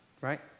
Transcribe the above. right